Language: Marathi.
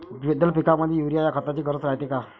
द्विदल पिकामंदी युरीया या खताची गरज रायते का?